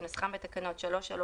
כנוסחם בתקנות 3(3),